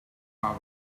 cava